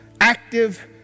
active